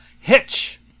Hitch